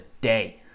day